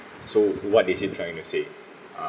so what is it trying to say uh